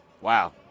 Wow